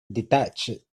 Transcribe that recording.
detached